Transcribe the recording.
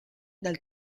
dal